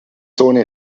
zone